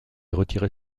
retirer